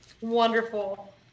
Wonderful